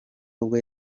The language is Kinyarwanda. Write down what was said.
ubwo